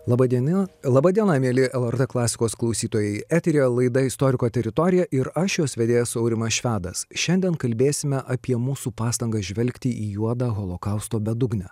laba diena laba diena mieli lrt klasikos klausytojai eteryje laida istoriko teritorija ir aš jos vedėjas aurimas švedas šiandien kalbėsime apie mūsų pastangas žvelgti į juodą holokausto bedugnę